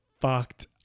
fucked